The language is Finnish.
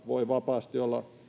voi vapaasti olla